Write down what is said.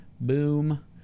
Boom